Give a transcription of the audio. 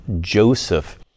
joseph